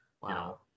Wow